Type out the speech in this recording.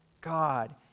God